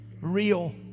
real